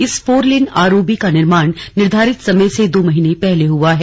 इस चार lane R O B का निर्माण निर्धारित समय से दो महीने पहले हुआ है